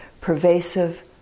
pervasive